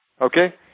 Okay